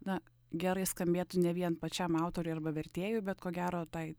na gerai skambėtų ne vien pačiam autoriui arba vertėjui bet ko gero tai